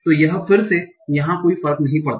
तो यह फिर से यहा कोई फर्क नहीं पड़ता